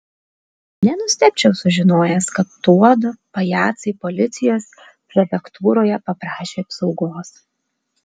nenustebčiau sužinojęs kad tuodu pajacai policijos prefektūroje paprašė apsaugos